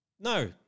No